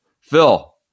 Phil